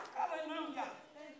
Hallelujah